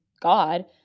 God